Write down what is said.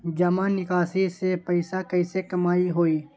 जमा निकासी से पैसा कईसे कमाई होई?